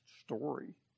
story